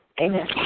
Amen